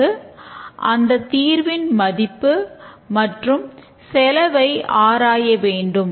பிறகு அந்தத் தீர்வின் மதிப்பு மற்றும் செலவை ஆராய வேண்டும்